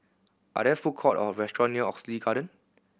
are there food courts or restaurants near Oxley Garden